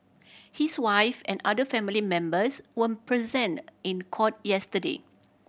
his wife and other family members were present in court yesterday